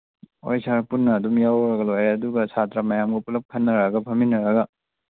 ꯍꯣꯏ ꯁꯥꯔ ꯄꯨꯟꯅ ꯑꯗꯨꯝ ꯌꯥꯎꯔꯒ ꯂꯣꯏꯔꯦ ꯑꯗꯨꯒ ꯁꯥꯇ꯭ꯔ ꯃꯌꯥꯝꯒ ꯄꯨꯂꯞ ꯈꯟꯅꯔꯒ ꯐꯝꯃꯤꯟꯅꯔꯒ